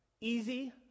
easy